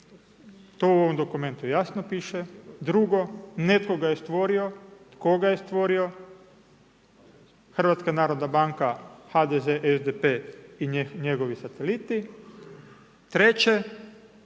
to u ovom dokumentu jasno piše, drugo, nekoga je stvorio, tko ga je stvorio, HNB, HDZ, SDP i njegovi sateliti, treće,